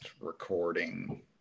recording